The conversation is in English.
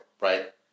right